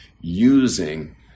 using